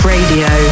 Radio